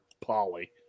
Polly